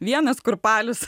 vienas kurpalius